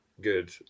good